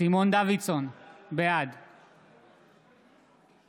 סימון דוידסון, בעד אבי דיכטר,